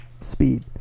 speed